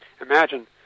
Imagine